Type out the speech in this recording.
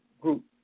group